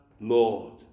Lord